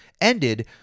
ended